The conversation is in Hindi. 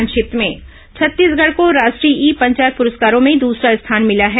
संक्षिप्त समाचार छत्तीसगढ़ को राष्ट्रीय ई पंचायत पुरस्कारों में दूसरा स्थान भिला है